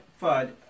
FUD